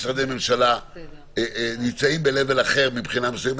שמשרדי ממשלה נמצאים ב-level אחר מבחינה מסוימת,